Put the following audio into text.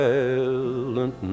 Silent